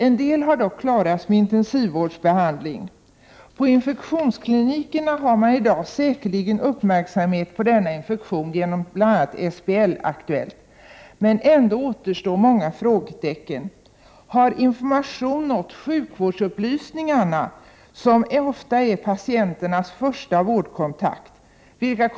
En del patienter har dock klarats med intensivvårdsbehandling. På infektionsklinikerna har man i dag säkerligen uppmärksammat denna typ av infektion genom bl.a. SBL-aktuellt.